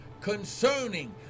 concerning